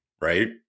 right